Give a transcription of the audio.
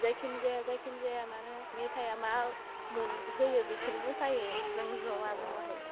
जायखिनि जाया जायखिनि जाया मानो मेथाइया मा मोन होयो बेखौनो मोसायो जों जमा जमाहै